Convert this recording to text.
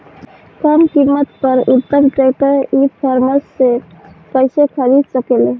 कम कीमत पर उत्तम ट्रैक्टर ई कॉमर्स से कइसे खरीद सकिले?